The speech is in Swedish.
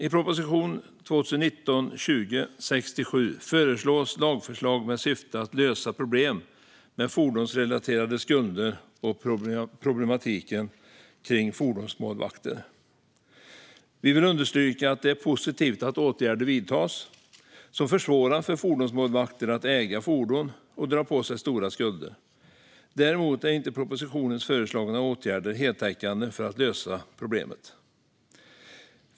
I proposition 2019/20:67 föreslås lagförslag med syftet att lösa problem med fordonsrelaterade skulder och problematiken kring fordonsmålvakter. Vi vill understryka att det är positivt att åtgärder vidtas som försvårar för fordonsmålvakter att äga fordon och dra på sig stora skulder. Däremot är propositionens föreslagna åtgärder inte heltäckande för att lösa problemet.